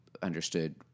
Understood